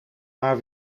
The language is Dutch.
maar